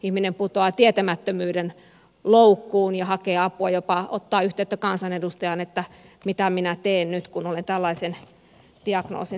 ihminen putoaa tietämättömyyden loukkuun ja hakee apua ja jopa ottaa yhteyttä kansanedustajaan että mitä minä teen nyt kun olen tällaisen diagnoosin saanut